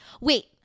wait